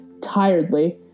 tiredly